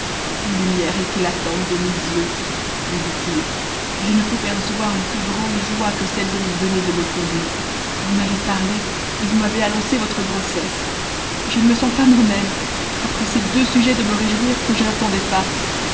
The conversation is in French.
lumière éclatante de mes yeux lui dit-il je ne pouvais recevoir une plus grande joie que celle dont vous venez de me combler vous m'avez parlé et vous m'avez annoncé votre grossesse je ne me gens pas moimême après ces deux sujets de me réjouir que je n'attendais pas